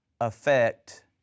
affect